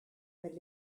per